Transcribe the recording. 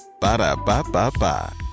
Ba-da-ba-ba-ba